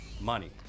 Money